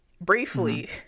briefly